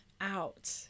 out